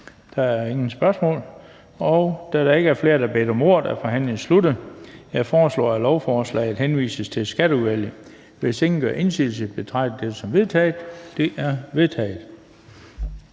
Der er ingen spørgsmål. Da der ikke er flere, der har bedt om ordet, er forhandlingen sluttet. Jeg foreslår, at lovforslaget henvises til Skatteudvalget. Hvis ingen gør indsigelse, betragter jeg dette som vedtaget. Det er vedtaget.